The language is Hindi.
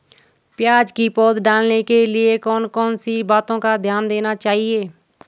प्याज़ की पौध डालने के लिए कौन कौन सी बातों का ध्यान देना चाहिए?